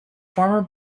former